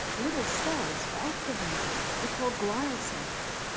little cells were activated, they're called glial cells,